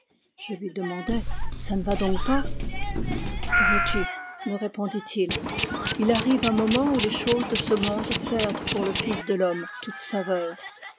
je lui demandai ça ne va donc pas que veux-tu me répondit-il il arrive un moment où les choses de ce monde perdent pour le fils de l'homme toute saveur